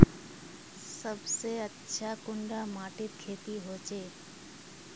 सबसे अच्छा कुंडा माटित खेती होचे?